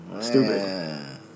stupid